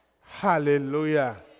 Hallelujah